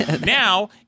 Now